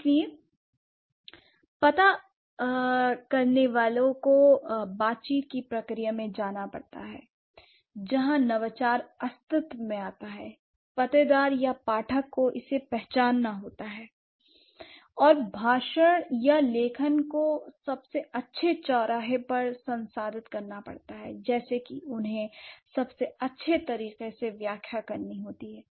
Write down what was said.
इसलिए पता करने वाले को बातचीत की प्रक्रिया में जाना पड़ता है जहां नवाचार अस्तित्व में आता है पतेदार या पाठक को इसे पहचानना होता है और भाषण या लेखन को सबसे अच्छे चौराहे पर संसाधित करना पड़ता है जैसे कि उन्हें सबसे अच्छे तरीके से व्याख्या करनी होती है